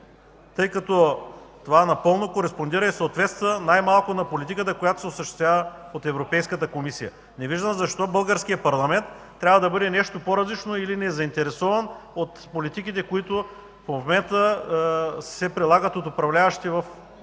тъй като това напълно кореспондира и съответства най-малко на политиката, която се осъществява от Европейската комисия. Не виждам защо българският парламент трябва да бъде нещо по-различно или незаинтересован от политиките, които в момента се прилагат от управляващите в